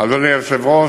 אדוני היושב-ראש,